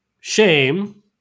shame